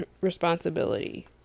Responsibility